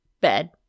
bed